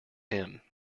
him